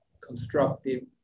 constructive